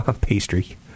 pastry